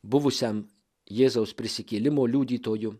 buvusiam jėzaus prisikėlimo liudytoju